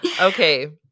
okay